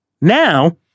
Now